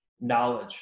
knowledge